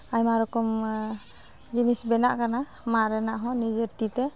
ᱟᱭᱢᱟ ᱨᱚᱠᱚᱢ ᱡᱤᱱᱤᱥ ᱵᱮᱱᱟᱜ ᱠᱟᱱᱟ ᱢᱟᱫ ᱨᱮᱱᱟᱜᱦᱚᱸ ᱱᱤᱡᱮᱨ ᱛᱤᱛᱮ